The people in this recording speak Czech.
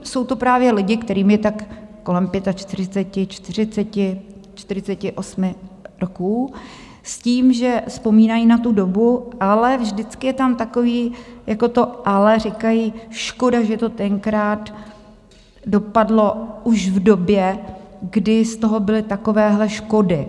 Jsou to právě lidé, kterým je tak kolem pětačtyřiceti, čtyřiceti, čtyřiceti osmi roků, s tím, že vzpomínají na tu dobu, ale vždycky je tam takové to ale, říkají: Škoda že to tenkrát dopadlo už v době, kdy z toho byly takovéhle škody.